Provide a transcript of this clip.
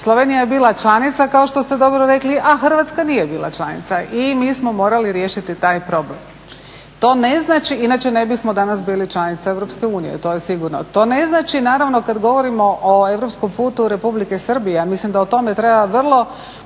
Slovenija je bila članica kao što ste dobro rekli, a Hrvatska nije bila članica i mi smo morali riješiti taj problem, inače ne bismo danas bili članica EU to je sigurno. To ne znači naravno kada govorimo o europskom putu Republike Srbije, ja mislim da o tome treba vrlo